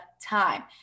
time